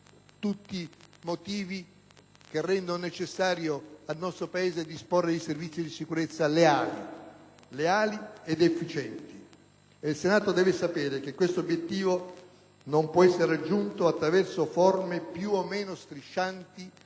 tutti motivi che rendono necessario al nostro Paese di disporre di Servizi di sicurezza leali ed efficienti. Il Senato deve sapere che questo obiettivo non può essere raggiunto attraverso forme più o meno striscianti